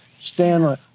Stanley